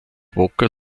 walker